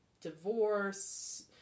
divorce